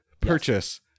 purchase